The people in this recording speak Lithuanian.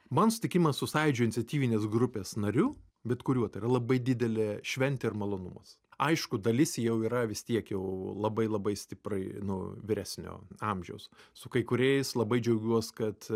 man susitikimas su sąjūdžio iniciatyvinės grupės nariu bet kuriuo tai yra labai didelė šventė ir malonumas aišku dalis jau yra vis tiek jau labai labai stiprai nu vyresnio amžiaus su kai kuriais labai džiaugiuos kad